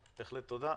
בהחלט תודה.